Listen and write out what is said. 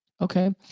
okay